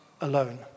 alone